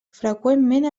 freqüentment